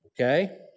Okay